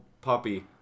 puppy